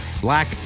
Black